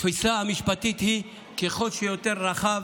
התפיסה המשפטית היא כמה שיותר רחב